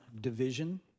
division